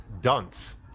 dunce